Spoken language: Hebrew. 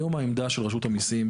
היום העמדה של רשות המיסים